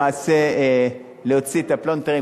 למעשה להוציא את הפלונטרים,